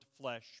flesh